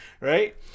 Right